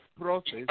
process